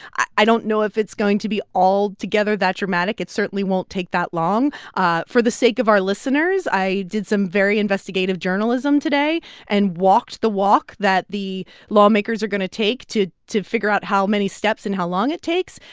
i don't know if it's going to be altogether that dramatic. it certainly won't take that long ah for the sake of our listeners, i did some very investigative journalism today and walked the walk that the lawmakers are going to take to to figure out how many steps and how long it takes.